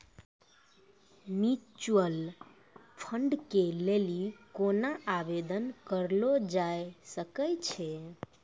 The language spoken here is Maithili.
म्यूचुअल फंड के लेली केना आवेदन करलो जाय सकै छै?